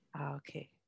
Okay